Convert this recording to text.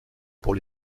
pour